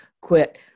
quit